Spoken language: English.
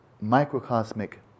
microcosmic